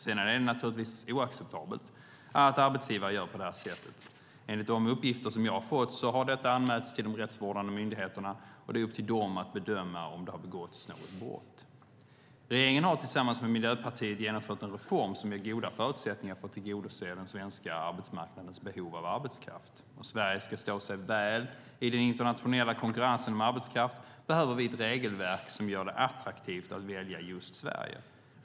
Sedan är det naturligtvis oacceptabelt att arbetsgivare gör på det här sättet. Enligt de uppgifter som jag har fått har detta anmälts till de rättsvårdande myndigheterna, och det är upp till dem att bedöma om det har begåtts något brott. Regeringen har tillsammans med Miljöpartiet genomfört en reform som ger goda förutsättningar att tillgodose den svenska arbetsmarknadens behov av arbetskraft. Om Sverige ska stå sig väl i den internationella konkurrensen om arbetskraft behöver vi ett regelverk som gör det attraktivt att välja just Sverige.